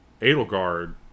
Edelgard